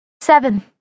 Seven